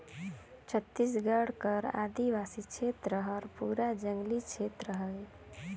छत्तीसगढ़ कर आदिवासी छेत्र हर पूरा जंगली छेत्र हवे